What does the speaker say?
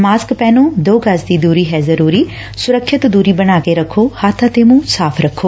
mask ਪਹਿਨੋ ਦੋ ਗਜ਼ ਦੀ ਦੂਰੀ ਹੈ ਜ਼ਰੂਰੀ ਸੁਰੱਖਿਅਤ ਦੁਰੀ ਬਣਾ ਕੇ ਰਖੋ ਹੱਬ ਅਤੇ ਮੁੰਹ ਸਾਫ਼ ਰੱਖੋ